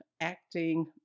acting